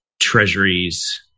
treasuries